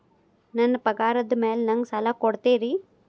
ನನ್ನ ಪಗಾರದ್ ಮೇಲೆ ನಂಗ ಸಾಲ ಕೊಡ್ತೇರಿ?